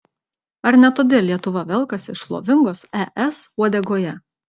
ar ne todėl lietuva velkasi šlovingos es uodegoje